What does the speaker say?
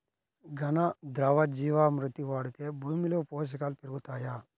ఘన, ద్రవ జీవా మృతి వాడితే భూమిలో పోషకాలు పెరుగుతాయా?